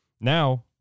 Now